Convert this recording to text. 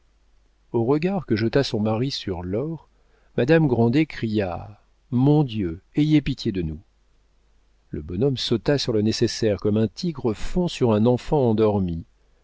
au regard que jeta son mari sur l'or madame grandet cria mon dieu ayez pitié de nous le bonhomme sauta sur le nécessaire comme un tigre fond sur un enfant endormi